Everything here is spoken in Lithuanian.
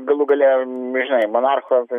galų gale žinai monarcho ten